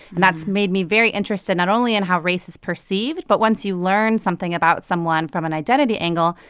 and that's made me very interested, not only in how race is perceived but once you learn something about someone from an identity angle,